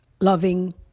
loving